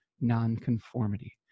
nonconformity